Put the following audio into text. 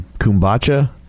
kumbacha